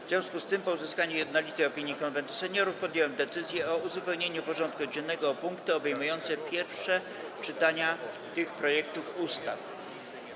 W związku z tym, po uzyskaniu jednolitej opinii Konwentu Seniorów, podjąłem decyzję o uzupełnieniu porządku dziennego o punkty obejmujące pierwsze czytania tych projektów ustaw.